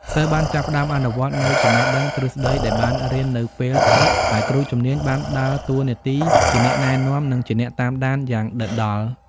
សិស្សបានចាប់ផ្តើមអនុវត្តនូវចំណេះដឹងទ្រឹស្តីដែលបានរៀននៅពេលព្រឹក ហើយគ្រូជំនាញបានដើរតួនាទីជាអ្នកណែនាំនិងជាអ្នកតាមដានយ៉ាងដិតដល់។